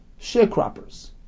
sharecroppers